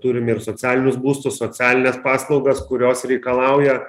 turim ir socialinius būstus socialines paslaugas kurios reikalauja